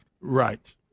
Right